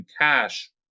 cash